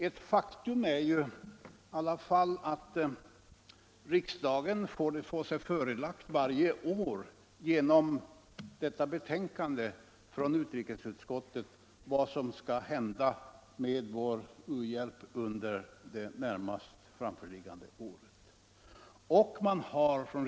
Ett faktum är i alla fall att riksdagen varje år genom detta betänkande från utrikesutskottet får sig förelagd ett förslag om vår u-hjälp under det närmast framförliggande året.